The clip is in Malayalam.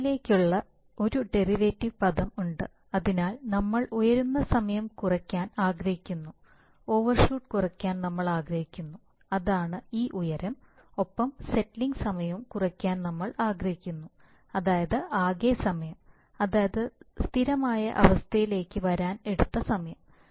പിശകിലേക്കുള് ഒരു ഡെറിവേറ്റീവ് പദം ഉണ്ട് അതിനാൽ നമ്മൾ ഉയരുന്ന സമയം കുറയ്ക്കാൻ ആഗ്രഹിക്കുന്നു ഓവർഷൂട്ട് കുറയ്ക്കാൻ നമ്മൾ ആഗ്രഹിക്കുന്നു അതാണ് ഈ ഉയരം ഒപ്പം സെറ്റിലിംഗ് സമയവും കുറയ്ക്കാൻ നമ്മൾ ആഗ്രഹിക്കുന്നു അതായത് ആകെ സമയം അതായത് സ്ഥിരമായ അവസ്ഥയിലേക്ക് വരാൻ എടുത്ത സമയം